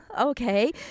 Okay